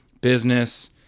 business